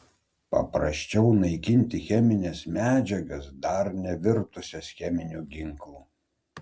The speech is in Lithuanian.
paprasčiau naikinti chemines medžiagas dar nevirtusias cheminiu ginklu